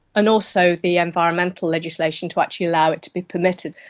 and also the environmental legislation to actually allow it to be permitted.